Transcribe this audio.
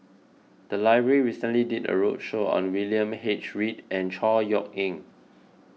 the library recently did a roadshow on William H Read and Chor Yeok Eng